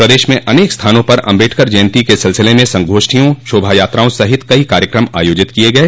प्रदेश में अनेक स्थानों पर आम्बेडकर जयंती के सिलसिले में संगोष्ठियों शोभा यात्राओं सहित कई कार्यकम आयोजित किये गये